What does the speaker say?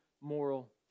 moral